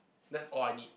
that's all I need